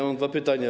Mam dwa pytania.